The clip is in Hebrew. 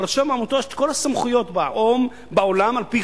לרשם העמותות יש כל הסמכויות בעולם על-פי